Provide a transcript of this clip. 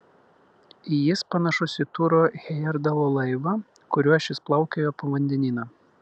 jis panašus į turo hejerdalo laivą kuriuo šis plaukiojo po vandenyną